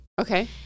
Okay